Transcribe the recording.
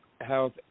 health